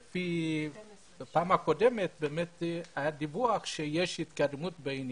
בפעם קודמת היה דיווח שיש התקדמות בעניין.